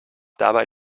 dabei